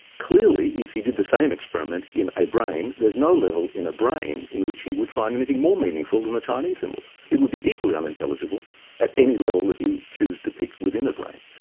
clearly, if he did the same experiment in a brain, there's no level in a brain in which he would find anything more meaningful than the chinese symbols. it would be equally equally unintelligible at any level that you choose to pick within a brain,